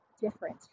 different